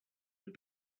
had